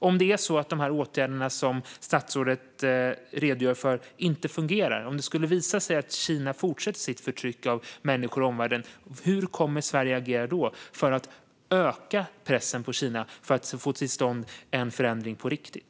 Om de åtgärder som statsrådet redogör för inte fungerar och om det skulle visa sig att Kina fortsätter sitt förtryck av människor i omvärlden, hur kommer Sverige då att agera för att öka pressen på Kina och få till stånd en förändring på riktigt?